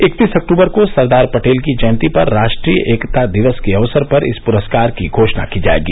इकतीस अक्टूबर को सरदार पटेल की जयंती पर राष्ट्रीय एकता दिवस के अवसर पर इस पुरस्कार की घोषणा की जाएगी